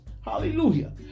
hallelujah